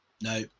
No